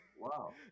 Wow